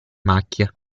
macchie